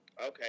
Okay